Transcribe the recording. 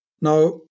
Now